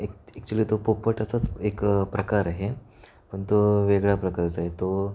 एक ॲक्च्युली तो पोपटाचाच एक प्रकार आहे पण तो वेगळ्या प्रकारचा आहे तो